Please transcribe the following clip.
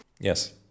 Yes